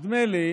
נדמה לי